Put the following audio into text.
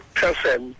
person